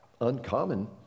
uncommon